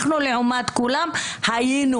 אנחנו לעומת כולם היינו,